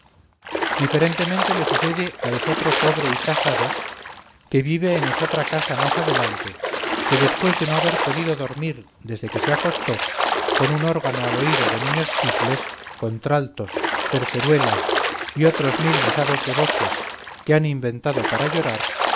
diferentemente le sucede a esotro pobre y casado que vive en esotra casa más adelante que después de no haber podido dormir desde que se acostó con un órgano al oído de niños tiples contraltos terceruelas y otros mil guisados de voces que han inventado para llorar